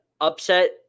Upset